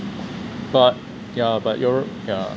but yeah but you're ya